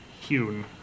hewn